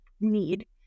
need